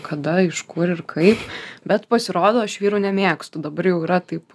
kada iš kur ir kaip bet pasirodo aš vyrų nemėgstu dabar jau yra taip